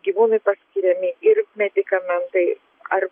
gyvūnui paskiriami ir medikamentai ar